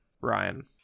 Ryan